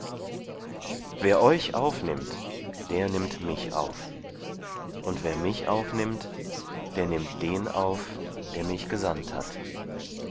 wer euch aufnimmt der nimmt mich auf und wer mich aufnimmt der nimmt den auf der mich gesandt hat